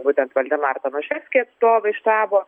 būtent valdemar tomaševski atstovai štabo